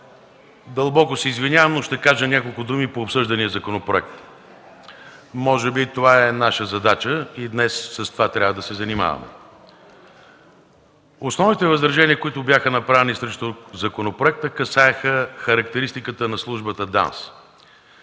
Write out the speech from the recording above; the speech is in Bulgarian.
Дълбоко се извинявам, но ще кажа няколко думи по обсъждания законопроект. Може би това е наша задача и днес с това трябва да се занимаваме. Основните възражения, които бяха направени срещу законопроекта касаеха характеристиката на службата ДАНС.